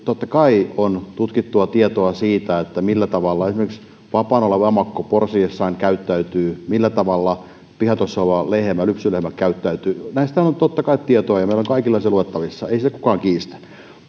totta kai on tutkittua tietoa siitä millä tavalla esimerkiksi vapaana oleva emakko porsiessaan käyttäytyy millä tavalla pihatossa oleva lypsylehmä käyttäytyy näistähän on totta kai tietoa ja meillä on kaikilla se luettavissa ei sitä kukaan kiistä